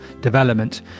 development